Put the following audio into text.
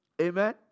Amen